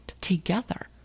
together